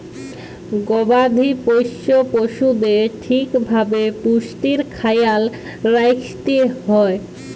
গবাদি পশ্য পশুদের ঠিক ভাবে পুষ্টির খ্যায়াল রাইখতে হ্যয়